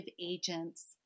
agents